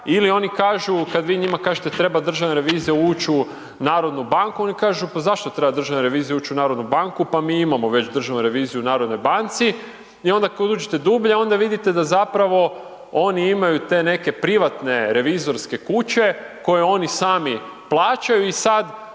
ili oni kažu, kada vi njima kažete treba državna revizija ući u Narodnu banku, oni kažu pa zašto treba Državna revizija ući u Narodnu banku, pa mi imamo već Državnu reviziju u Narodnoj banci. I onda kada uđete dublje, onda vidite, da zapravo oni imaju te neke privatne revizorske kuće, koji oni sami plaćaju i sada